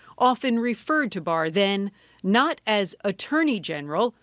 often referred to barr then not as attorney general,